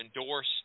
endorse